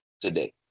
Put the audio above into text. today